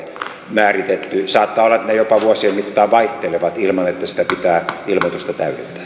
määritetty saattaa olla että ne jopa vuosien mittaan vaihtelevat ilman että pitää ilmoitusta täydentää